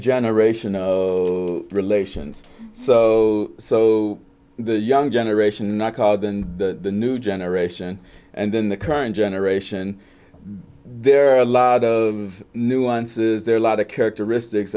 generational relations so so the young generation is not called and the new generation and then the current generation there are a lot of nuances there are a lot of characteristics